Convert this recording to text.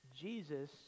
Jesus